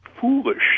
foolish